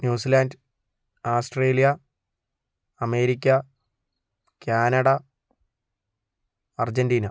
New Zealand Australia America Canada Argentina